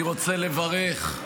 בושה ליו"ר הכנסת, לא לך,